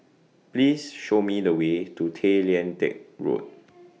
Please Show Me The Way to Tay Lian Teck Road